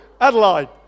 Adelaide